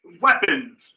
weapons